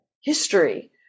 history